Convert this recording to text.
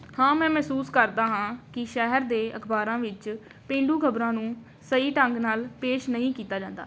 ਹਾਂ ਮੈਂ ਮਹਿਸੂਸ ਕਰਦਾ ਹਾਂ ਕਿ ਸ਼ਹਿਰ ਦੇ ਅਖ਼ਬਾਰਾਂ ਵਿੱਚ ਪੇਂਡੂ ਖ਼ਬਰਾਂ ਨੂੰ ਸਹੀ ਢੰਗ ਨਾਲ ਪੇਸ਼ ਨਹੀਂ ਕੀਤਾ ਜਾਂਦਾ